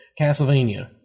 castlevania